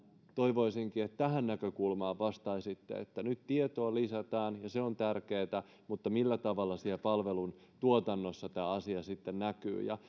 toivoisinkin että tähän näkökulmaan vastaisitte nyt tietoa lisätään ja se on tärkeätä mutta millä tavalla siellä palveluntuotannossa tämä asia sitten näkyy ja